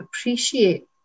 appreciate